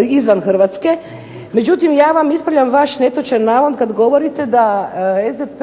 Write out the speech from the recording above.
izvan Hrvatske. Međutim, ja vam ispravljam vaš netočan navod kad govorite da SDP